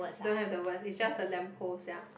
don't have the words it just the lamp post sia